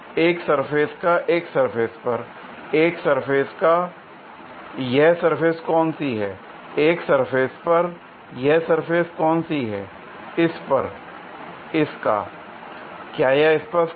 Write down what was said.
एक सरफेस का एक सरफेस पर l एक सरफेस का यह सरफेस कौन सी है l एक सरफेस पर यह सरफेस कौन सी है l इस पर इसका l क्या यह स्पष्ट है